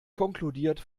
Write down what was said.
konkludiert